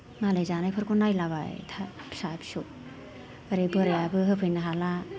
मालाय जानायफोरखौ नायलाबाय था फिसा फिसौ ओरै बोराइआबो होफैनो हाला